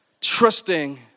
trusting